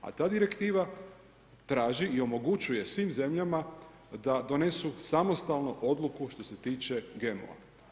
A ta direktiva, traži i omogućuje svim zemljama, da donesu samostalnu odluku što se tiče GMO.